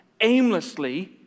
aimlessly